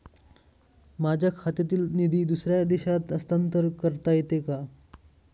माझ्या खात्यातील निधी दुसऱ्या देशात हस्तांतर करता येते का?